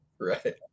right